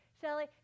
Shelly